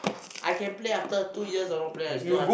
I can play after two years of not playing you still un~